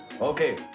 Okay